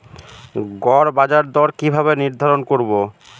গড় বাজার দর কিভাবে নির্ধারণ করব?